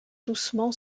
doucement